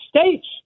States